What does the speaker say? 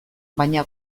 baina